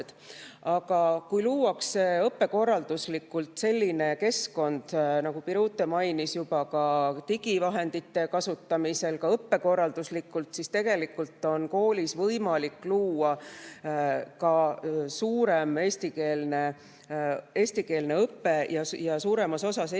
Aga kui luuakse õppekorralduslikult selline keskkond, nagu Birute mainis, juba ka digivahendite kasutamise abil, siis tegelikult on koolis võimalik luua eestikeelne õpe ja suuremas osas üldse eesti keele